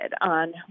on